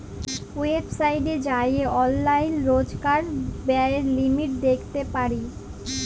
ওয়েবসাইটে যাঁয়ে অললাইল রজকার ব্যয়ের লিমিট দ্যাখতে পারি